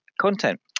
content